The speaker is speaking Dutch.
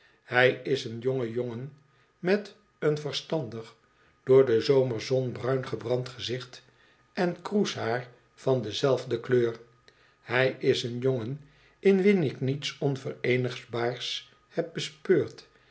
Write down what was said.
hij is een jonge jongen met een verstandig door de zomerzon bruin gebrand gezicht en kroeshaar van dezelfde kleur hij is een jongen in wien ik niets onvereenigbaars heb bespeurd